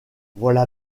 voilà